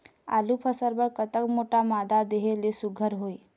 आलू फसल बर कतक मोटा मादा देहे ले सुघ्घर होही?